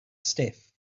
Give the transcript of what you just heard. stiff